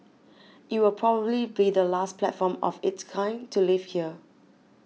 it will probably be the last platform of its kind to leave here